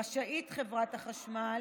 רשאית חברת החשמל